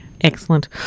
Excellent